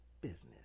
Business